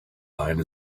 mine